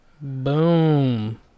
Boom